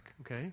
Okay